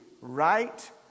right